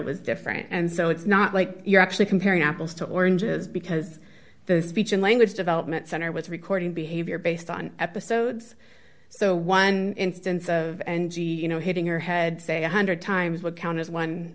was different and so it's not like you're actually comparing apples to oranges because the speech and language development center was recording behavior based on episodes so one instance of you know hitting her head say a one hundred times would count as